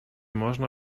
można